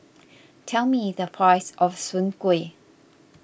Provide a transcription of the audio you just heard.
tell me the price of Soon Kway